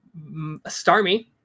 Starmie